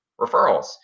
referrals